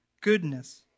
goodness